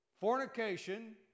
Fornication